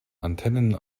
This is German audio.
antennen